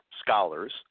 scholars